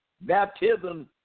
Baptism